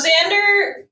Xander